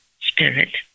spirit